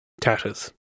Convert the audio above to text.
tatters